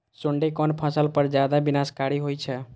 सुंडी कोन फसल पर ज्यादा विनाशकारी होई छै?